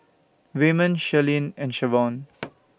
Raymon Shirlene and Shavonne